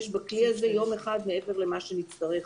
בכלי היה יום אחד מעבר למה שנצטרך.